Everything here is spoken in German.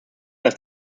dass